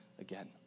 Again